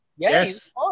Yes